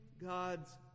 God's